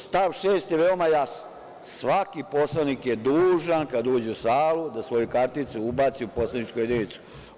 Stav 6. je veoma jasan, svaki poslanik je dužan kada uđe u salu da svoju karticu ubaci u poslaničku jedinicu.